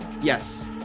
Yes